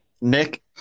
Nick